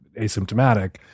asymptomatic